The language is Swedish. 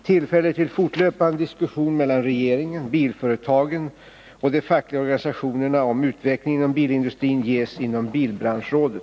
Tillfälle till fortlöpande diskussion mellan regeringen, bilföretagen och de fackliga organisationerna om utvecklingen inom bilindustrin ges inom bilbranschrådet.